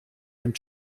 dem